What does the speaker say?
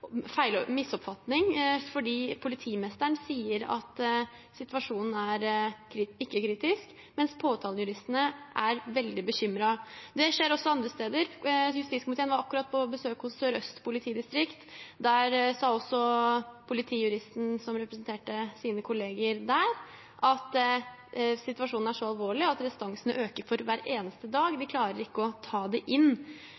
skjer også andre steder. Justiskomiteen var akkurat på besøk hos Sør-Øst politidistrikt. Politijuristen som representerte sine kolleger der, sa at situasjonen er så alvorlig at restansene øker for hver eneste dag